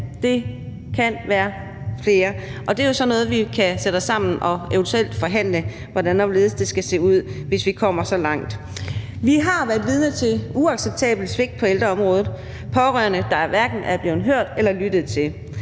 det kan være flere. Det er sådan noget, vi kan sætte os sammen og eventuelt forhandle om, altså hvordan og hvorledes det skal se ud, hvis vi kommer så langt. Vi har været vidner til et uacceptabelt svigt på ældreområdet, pårørende, der hverken er blevet hørt eller lyttet til.